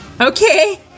Okay